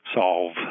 solve